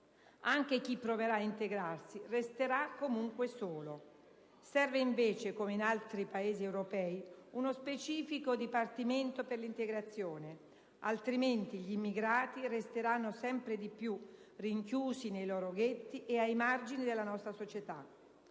anche chi proverà ad integrarsi resterà comunque solo. Serve invece, come in altri Paesi europei, uno specifico dipartimento per l'integrazione, altrimenti gli immigrati resteranno sempre di più rinchiusi nei loro ghetti e ai margini della nostra società.